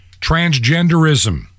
Transgenderism